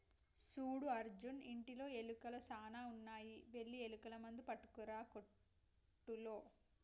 సూడు అర్జున్ ఇంటిలో ఎలుకలు సాన ఉన్నాయి వెళ్లి ఎలుకల మందు పట్టుకురా కోట్టులో